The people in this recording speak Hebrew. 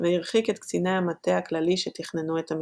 והרחיק את קציני המטה הכללי שתכננו את המתקפה.